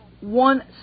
one